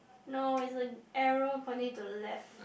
no it's an arrow pointing to the left